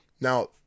Now